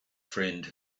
friend